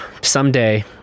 Someday